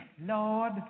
Lord